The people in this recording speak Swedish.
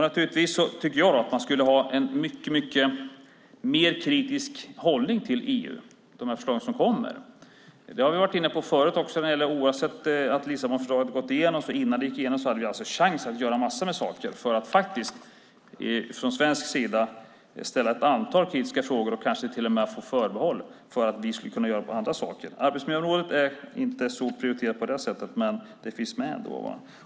Naturligtvis tycker jag att man skulle ha en mycket mer kritisk hållning till EU i förslagen. Det har vi varit inne på förut också. Innan Lissabonfördraget gick igenom hade vi chans att göra massor av saker för att från svensk sida ställa ett antal kritiska frågor och kanske till och med få ett förbehåll för att kunna göra andra saker. Arbetsmiljöområdet är inte så prioriterat, men det finns ändå med där.